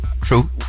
True